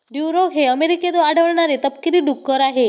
Duroc हे अमेरिकेत आढळणारे तपकिरी डुक्कर आहे